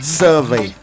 survey